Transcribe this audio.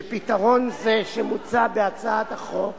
שפתרון זה שמוצע בהצעת החוק